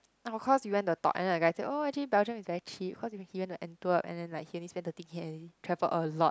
oh cause we went the talk and then the guy say oh actually Belgium is very cheap cause he went to Antwerp and then like he only spend thirty K and he travel a lot